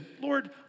Lord